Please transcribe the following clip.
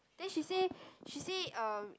then she say she say uh